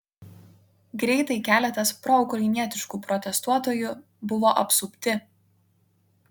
greitai keletas proukrainietiškų protestuotojų buvo apsupti